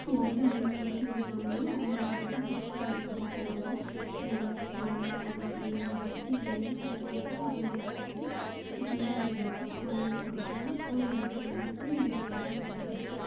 எந்த அணி வந்துட்டு வின் ஆகுதோ அவங்களுக்கு வந்துட்டு ஃபஸ்ட்டு பிரைஸ் அப்படின்னு சொல்லுவாங்கள் சேரர் சோழர் பாண்டியர் பல்லவர் அப்படின்ட்டு இதில் எது ஃபஸ்ட்டு வருதோ அவங்களுக்கு வந்து பெரிய ஒரு கப் மாதிரி ஒன்று கொடுப்பாங்க ஸோ எனக்கு வந்துட்டு இது ரெண்டுமே ரொம்ப பிடிக்கும்